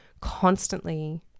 constantly